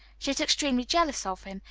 she was extremely jealous of him,